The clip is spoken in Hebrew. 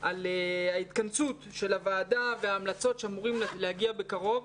על ההתכנסות של הוועדה וההמלצות שאמורות להגיע בקרוב.